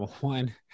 One